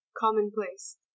commonplace